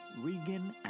Regan